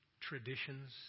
traditions